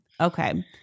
Okay